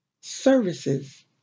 services